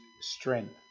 strength